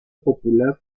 popular